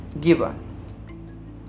given